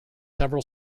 several